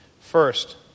First